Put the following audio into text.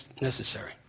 necessary